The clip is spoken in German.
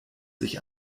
sich